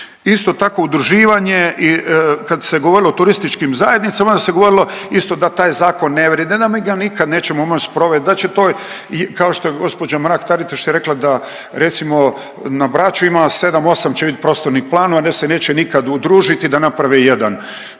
Isto tako i udruživanje i kad se govorilo o TZ-ima onda se govorilo isto da taj zakon ne … a mi ga nikad nećemo moć sprovest, da će to kao što je gospođa Mrak Taritaš rekla da recimo na Braču ima sedam, osam će bit prostornih planova i da se neće nikad udružiti da naprave jedan.